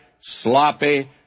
sloppy